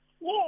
Yes